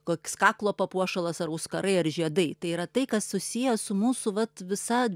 koks kaklo papuošalas ar auskarai ar žiedai tai yra tai kas susiję su mūsų vat visa